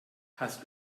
hast